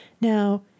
Now